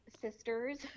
sisters